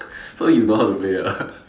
so you know how to play ah